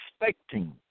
expecting